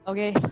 Okay